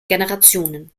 generationen